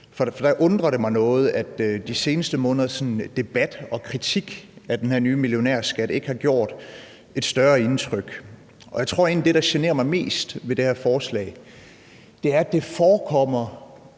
det. Det undrer mig noget, at de seneste måneders debat og kritik af den her nye millionærskat ikke har gjort et større indtryk. Jeg tror egentlig, at det, der generer mig mest ved det her forslag, er, at det ikke forekommer